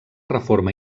reforma